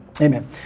Amen